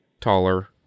Taller